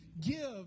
give